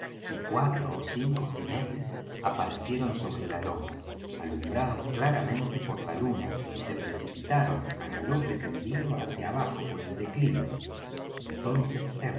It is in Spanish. y cuatro ó cinco ginetes aparecieron sobre la loma alumbrados claramente por la luna y se precipitaron á galope tendido hacia abajo por el declive entonces